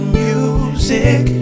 music